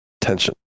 tension